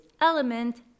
element